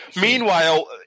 Meanwhile